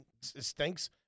stinks